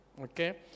okay